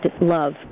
love